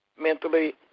mentally